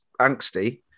angsty